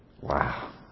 wow